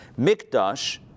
Mikdash